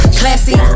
classy